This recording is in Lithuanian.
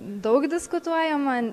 daug diskutuojama